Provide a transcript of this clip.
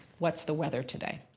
what's the weather today?